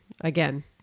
again